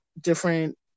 different